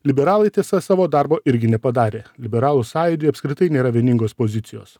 liberalai tiesa savo darbo irgi nepadarė liberalų sąjūdyje apskritai nėra vieningos pozicijos